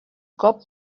colp